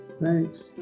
Thanks